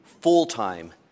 full-time